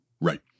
Right